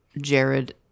Jared